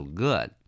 good